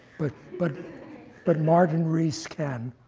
but but but martin rees can.